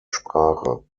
sprache